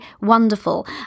wonderful